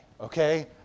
okay